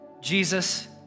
Jesus